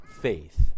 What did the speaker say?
faith